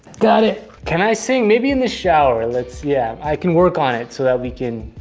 got it. can i sing? maybe in the shower. let's, yeah. i can work on it so that we can,